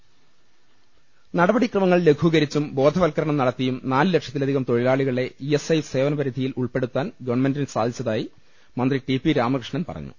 ്്്്്്്്് നടപടിക്രമങ്ങൾ ലഘൂകരിച്ചും ബോധവൽക്ക്രണം നടത്തിയും നാലു ലക്ഷത്തിലധികം തൊഴിലാളികളെ ഇ എസ് ഐ സേവന പരിധിയിൽ ഉൾപ്പെടുത്താൻ ഗവൺമെന്റിന് സാധിച്ചതായി മന്ത്രി ടി പി രാമകൃഷ്ണൻ പറ ഞ്ഞു